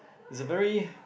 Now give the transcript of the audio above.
is a very